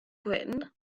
gwyn